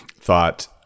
thought